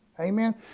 amen